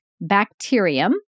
bacterium